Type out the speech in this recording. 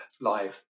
live